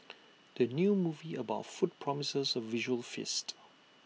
the new movie about food promises A visual feast